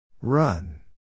Run